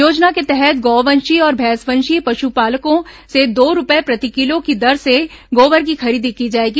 योजना के तहत गौवंशीय और भैंसवंशीय पशुपालकों से दो रूपये प्रति किलो की दर से गोबर की खरीदी की जाएगी